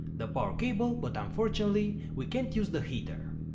the power cable but unfortunately, we can't use the heater.